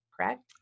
correct